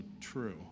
true